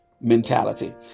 mentality